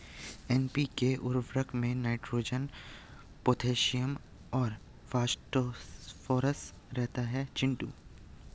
NPK उर्वरक में nitrogen potassium और फास्फोरस रहता है चिंटू